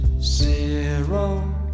zero